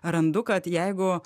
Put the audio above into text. randu kad jeigu